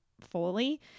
fully